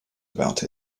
about